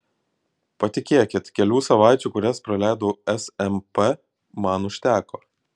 patikėkit kelių savaičių kurias praleidau smp man užteko